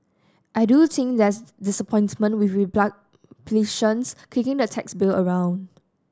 I do think that's disappointment with kicking the tax bill around